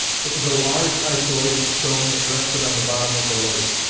it was a large, isolated stone that rested on the bottom of the lake,